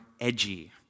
edgy